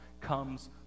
comes